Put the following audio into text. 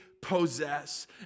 possess